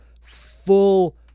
full